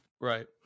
Right